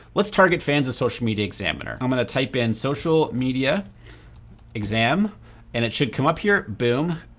let's target fans of social media examiner. i'm gonna type in social media exam and it should come up here. boom.